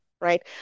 right